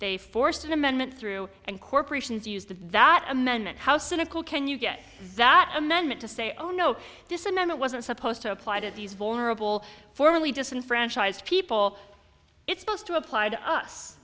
they forced an amendment through and corporations used that amendment how cynical can you get that amendment to say oh no this amendment wasn't supposed to apply to these vulnerable formerly disenfranchised people it's best to apply to us